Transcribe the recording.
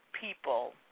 people